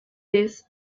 this